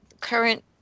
current